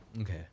okay